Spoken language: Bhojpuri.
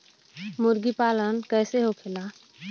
मुर्गी पालन कैसे होखेला?